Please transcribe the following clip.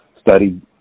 studied